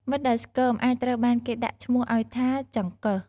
មិត្តដែលស្គមអាចត្រូវគេដាក់ឈ្មោះឱ្យថា “ចង្កឹះ”។